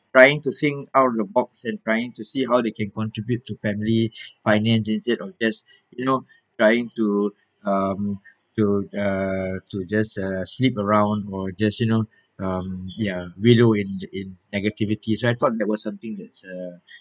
trying to think out of the box at trying to see how they can contribute to family finance instead if just you know trying to um to uh to just uh sleep around or just you know um ya wallow in in negativity so I thought that was something that's uh